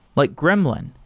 like gremlin,